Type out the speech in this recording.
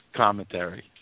commentary